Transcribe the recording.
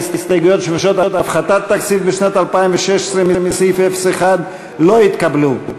ההסתייגויות שמבקשות הפחתת תקציב בשנת 2016 מסעיף 01 לא נתקבלו.